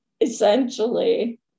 essentially